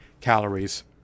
calories